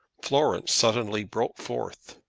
florence suddenly broke forth.